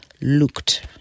looked